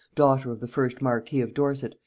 daughter of the first marquis of dorset,